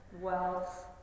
wealth